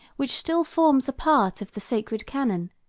which still forms a part of the sacred canon,